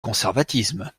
conservatisme